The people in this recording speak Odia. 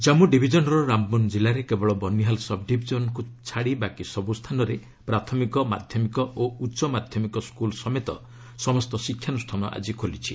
ଜାମ୍ମୁ ଡିଭିଜନର ରାମବନ ଜିଲ୍ଲାରେ କେବଳ ବନିହାଲ୍ ସବ୍ଡିଭିଜନକୁ ଛାଡ଼ି ବାକି ସବୁସ୍ଥାନରେ ପ୍ରାଥମିକ ମାଧ୍ୟମିକ ଓ ଉଚ୍ଚମାଧ୍ୟମିକ ସ୍କୁଲ୍ ସମେତ ସମସ୍ତ ଶିକ୍ଷାନୁଷ୍ଠାନ ଆଜି ଖୋଲିଛି